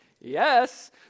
yes